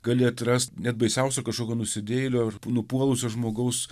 gali atrast net baisiausio kažkokio nusidėjėlio nupuolusio žmogaus